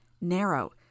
Narrow